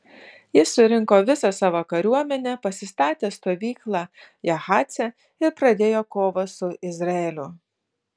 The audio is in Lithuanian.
jis surinko visą savo kariuomenę pasistatė stovyklą jahace ir pradėjo kovą su izraeliu